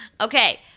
Okay